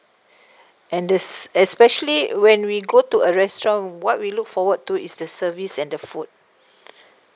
and this especially when we go to a restaurant what we look forward to is the service and the food